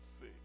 see